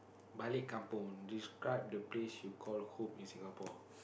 balik kampung describe the place you call home in Singapore